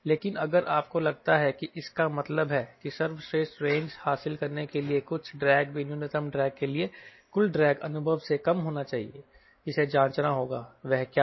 लेकिन अगर आपको लगता है कि इसका मतलब है कि सर्वश्रेष्ठ रेंज हासिल करने के लिए कुल ड्रैग भी न्यूनतम ड्रैग के लिए कुल ड्रैग अनुभव से कम होगा जिसे जांचना होगा वह क्या है